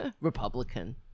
Republican